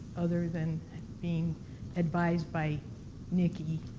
other than being advised by nicky,